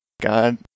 God